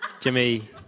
Jimmy